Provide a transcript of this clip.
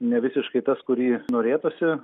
nevisiškai tas kurį norėtųsi